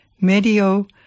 medio